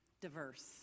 diverse